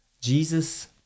Jesus